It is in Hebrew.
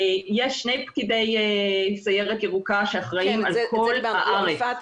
יש שני פקידי סיירת ירוקה שאחראים על כל הארץ.